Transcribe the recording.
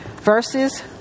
Verses